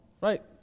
Right